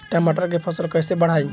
टमाटर के फ़सल कैसे बढ़ाई?